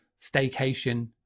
staycation